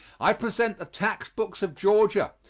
i present the tax books of georgia,